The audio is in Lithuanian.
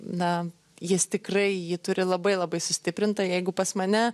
na jis tikrai jį turi labai labai sustiprintą jeigu pas mane